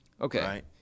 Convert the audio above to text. Okay